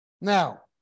Now